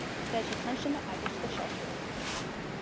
instead, she punched in the address to the shelter and mapped a path.